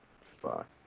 Fuck